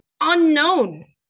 Unknown